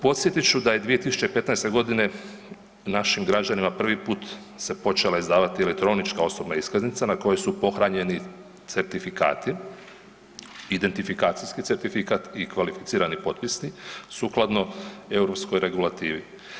Podsjetit ću da je 2015.g. našim građanima prvi put se počela izdavat elektronička osobna iskaznica na koju su pohranjeni certifikati, identifikacijski certifikat i kvalificirani potpisi sukladno europskoj regulativi.